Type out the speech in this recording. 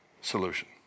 solution